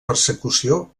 persecució